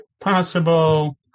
possible